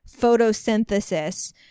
photosynthesis